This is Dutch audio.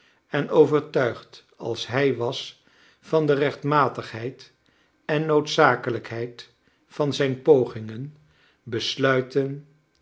en overtuigd als hij was van de rechtmatighcid en noodzakelijkheid van zijn pogingen besluitcn